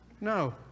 No